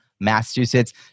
Massachusetts